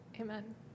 Amen